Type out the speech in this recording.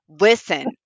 listen